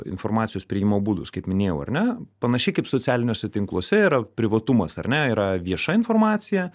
informacijos priėjimo būdus kaip minėjau ar ne panašiai kaip socialiniuose tinkluose yra privatumas ar ne yra vieša informacija